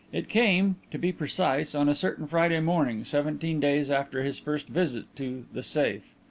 it came, to be precise, on a certain friday morning, seventeen days after his first visit to the safe.